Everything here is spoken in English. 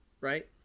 right